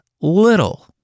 little